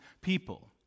people